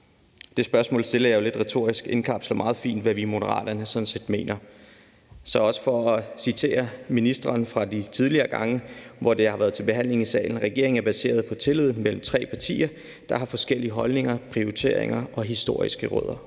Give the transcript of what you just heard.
Det spørgsmål stiller jeg jo lidt retorisk, og det indkapsler sådan set meget fint, hvad vi i Moderaterne mener. For også at citere ministeren fra de tidligere gange, hvor det har været til behandling her i salen, vil jeg sige, at regeringen er baseret på tillid mellem tre partier, der har forskellige holdninger, prioriteringer og historiske rødder.